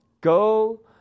Go